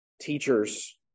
Teachers